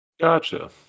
Gotcha